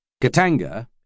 Katanga